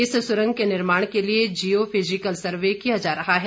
इस सुरंग के निर्माण के लिए जियो फिजिकल सर्वे किया जा रहा है